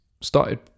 started